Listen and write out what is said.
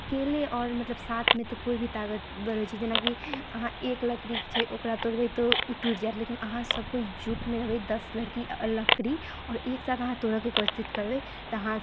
अकेले आओर मतलब साथमे तऽ कोइभी ताकतवर होइ छै जेनाकि अहाँ एक लकड़ी छै ओकरा तोड़बै तऽ ओ टूटि जायत लेकिन अहाँ सभकोइ जुटमे रहबै दस लकड़ी आओर एक साथ अहाँ तोड़यके कोशिश करबै तऽ अहाँ